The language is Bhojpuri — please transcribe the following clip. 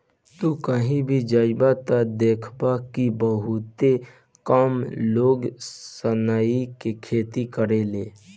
तू कही भी जइब त देखब कि बहुते कम लोग सनई के खेती करेले